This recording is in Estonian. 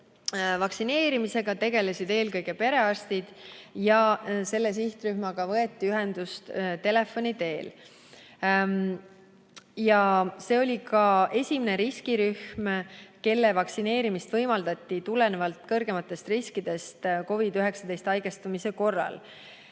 vaktsineerimisega tegelesid eelkõige perearstid ja selle sihtrühmaga võeti ühendust telefoni teel. See oli ka esimene riskirühm, kelle vaktsineerimist võimaldati tulenevalt suuremast riskist haigestuda